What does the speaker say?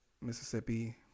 Mississippi